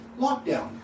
lockdown